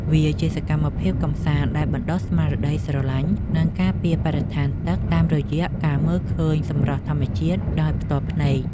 វាជាសកម្មភាពកម្សាន្តដែលបណ្ដុះស្មារតីស្រឡាញ់ និងការពារបរិស្ថានទឹក តាមរយៈការមើលឃើញសម្រស់ធម្មជាតិដោយផ្ទាល់ភ្នែក។